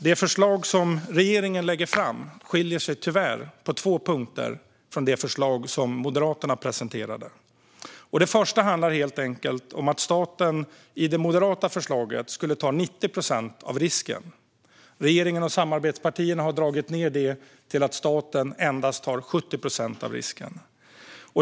Det förslag som regeringen lägger fram skiljer sig tyvärr på två punkter från det förslag som Moderaterna presenterade. Först handlar det helt enkelt om att staten i det moderata förslaget skulle ta 90 procent av risken. Regeringen och samarbetspartierna har dragit ned det till att staten endast ska ta 70 procent av risken.